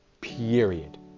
Period